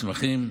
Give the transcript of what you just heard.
מסמכים,